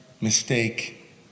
mistake